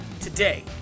Today